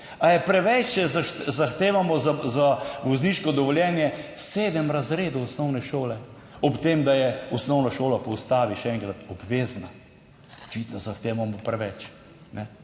Ali je preveč, da zahtevamo za vozniško dovoljenje sedem razredov osnovne šole, ob tem, da je osnovna šola po ustavi, še enkrat, obvezna. Očitno zahtevamo preveč.